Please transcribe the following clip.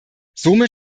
somit